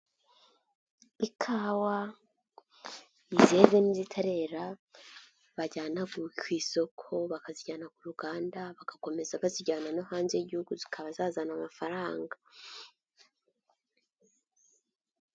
Ikawa izeze n'izitarera bajyana ku isoko bakazijyana ku ruganda, bagakomeza bazijyana no hanze y'igihugu zikaba zazana amafaranga.